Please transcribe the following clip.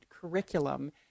curriculum